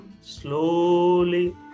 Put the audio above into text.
slowly